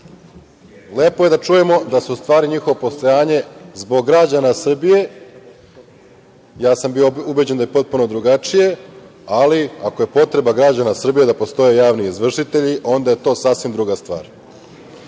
Lepo je da čujemo da je u stvari njihovo postojanje zbog građana Srbije. Ja sam bio ubeđen da je potpuno drugačije, ali ako je potreba građana Srbije da postoje javni izvršitelji, onda je to sasvim druga stvar. Mora